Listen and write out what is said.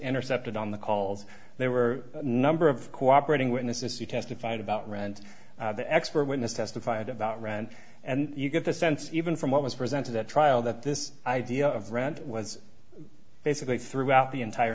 intercepted on the calls there were a number of cooperating witnesses who testified about rent the expert witness testified about rand and you get the sense even from what was presented at trial that this idea of rent was basically throughout the entire